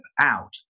out